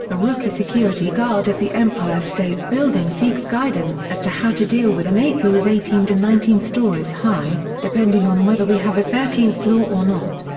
a rookie security guard at the empire state building seeks guidance as to how to deal with an ape who is eighteen to nineteen stories high, depending on whether we have a thirteenth floor or not.